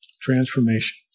Transformation